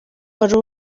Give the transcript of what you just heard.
wari